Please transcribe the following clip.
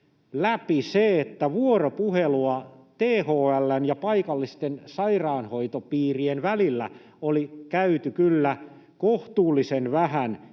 läpi se, että vuoropuhelua THL:n ja paikallisten sairaanhoitopiirien välillä oli käyty kohtuullisen vähän,